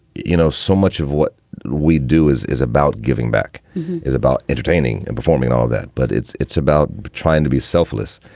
you know, so much of what we do is is about giving back is about entertaining and performing all that. but it's it's about trying to be selfless.